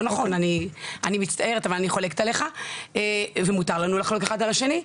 אני מצטערת אבל אני חולקת עליך ומותר לנו לחלוק אחד על השני.